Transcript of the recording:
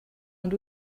ond